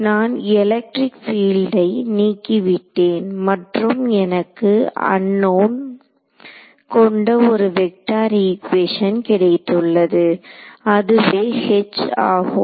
நான் எலக்ட்ரிக் பீல்டை நீக்கிவிட்டேன் மற்றும் எனக்கு அன்நோன் கொண்ட ஒரு வெக்டர் ஈகுவேஷன் கிடைத்துள்ளது அதுவே H ஆகும்